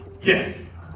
Yes